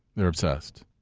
they're obsessed.